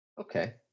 Okay